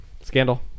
Scandal